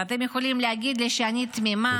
אתם יכולים להגיד לי שאני תמימה,